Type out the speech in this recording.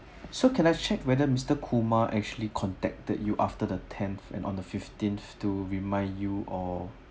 so can I check whether mister Kumar actually contacted you after the tenth and on the fifteenth to remind you or